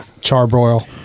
charbroil